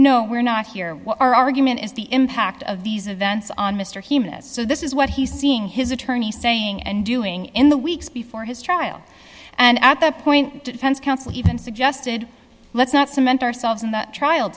no we're not here our argument is the impact of these events on mr humus so this is what he's seeing his attorney saying and doing in the weeks before his trial and at that point defense counsel even suggested let's not cement ourselves in the trial